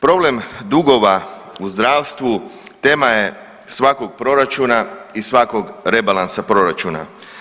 Problem dugova u zdravstvu tema je svakog proračuna i svakog rebalansa proračuna.